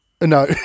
No